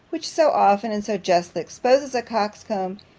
which so often and so justly exposes a coxcomb,